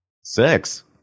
Six